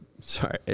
sorry